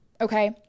Okay